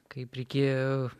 kaip reikėjo